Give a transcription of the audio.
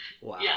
Wow